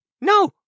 No